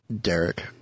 Derek